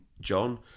John